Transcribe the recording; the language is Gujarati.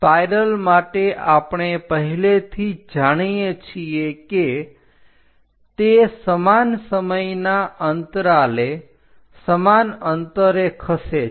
સ્પાઇરલ માટે આપણે પહેલેથી જ જાણીએ છીએ કે તે સમાન સમયના અંતરાલે સમાન અંતરે ખસે છે